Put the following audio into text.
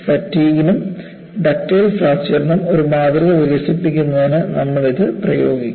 ഫാറ്റിഗ്നും ductile ഫ്രാക്ചർനും ഒരു മാതൃക വികസിപ്പിക്കുന്നതിന് നമ്മൾ അത് ഉപയോഗിക്കും